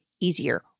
easier